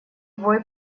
вой